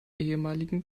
ehemaligen